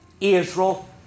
Israel